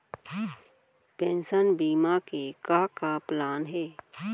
Pension बीमा के का का प्लान हे?